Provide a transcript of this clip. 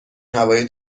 هوای